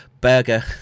burger